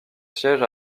siège